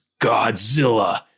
Godzilla